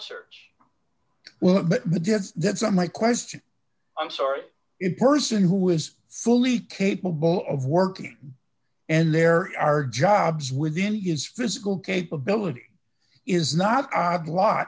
search well that's a my question i'm sorry it person who is fully capable of working and there are jobs within his physical capability is not odd lot